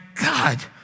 God